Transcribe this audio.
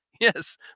Yes